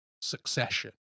succession